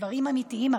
בדברים אמיתיים.